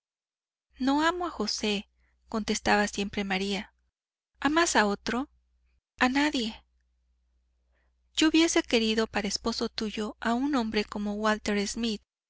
no amo a josé contestaba siempre maría amas a otro a nadie yo hubiese querido para esposo tuyo a un hombre como walter smith